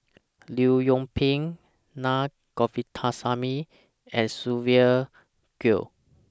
Leong Yoon Pin Na Govindasamy and Sylvia Kho